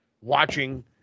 watching